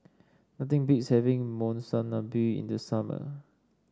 nothing beats having Monsunabe in the summer